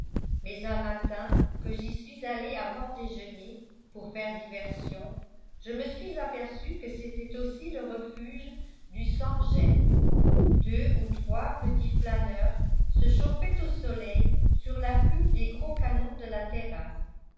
mais un matin que j'y suis allée avant déjeuner pour faire diversion je me suis aperçue que c'était aussi le refuge du sans-gêne deux ou trois petits flâneurs se chauffaient au soleil sur l'affût des gros canons de la terrasse